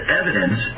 evidence